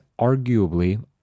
arguably